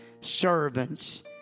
servants